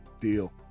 Deal